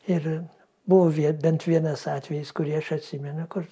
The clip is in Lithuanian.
ir buvo vie bent vienas atvejis kurį aš atsimenu kur